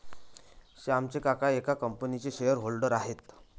श्यामचे काका एका कंपनीचे शेअर होल्डर आहेत